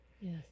Yes